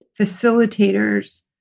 facilitators